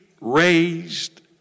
raised